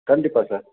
கண்டிப்பாக சார்